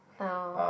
oh